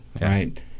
right